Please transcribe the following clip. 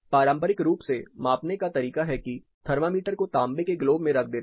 पारंपरिक रूप से मापने का तरीक है कि थर्मामीटर को तांबे के ग्लोब में रख देते हैं